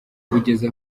bugeze